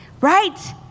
right